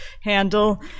handle